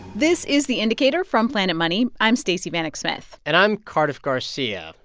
this is the indicator from planet money. i'm stacey vanek smith and i'm cardiff garcia.